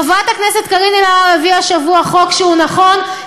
חברת הכנסת קארין אלהרר הביאה השבוע חוק שהוא נכון,